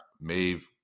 Maeve